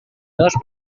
dos